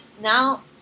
now